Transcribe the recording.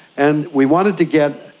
and we wanted to get,